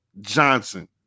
Johnson